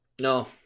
No